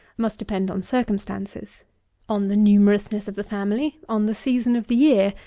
must depend on circumstances on the numerousness of the family on the season of the year,